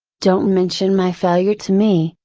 don't mention my failure to me,